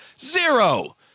zero